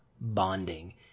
bonding